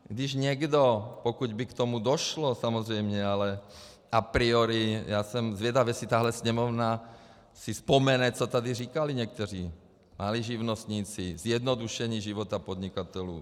Když někdo, pokud by k tomu došlo samozřejmě, ale a priori já jsem zvědav, jestli si tahle Sněmovna vzpomene, co tady říkali někteří: malí živnostníci, zjednodušení života podnikatelů.